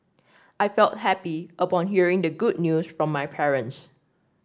I felt happy upon hearing the good news from my parents